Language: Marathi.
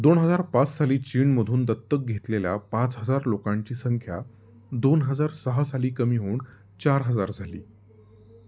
दोन हजार पाच साली चीनमधून दत्तक घेतलेल्या पाच हजार लोकांची संख्या दोन हजार सहा साली कमी होऊन चार हजार झाली